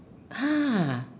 !huh!